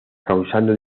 causando